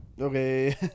Okay